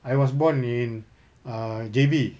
I was born in err J_B